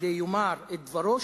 כדי שיאמר את דברו,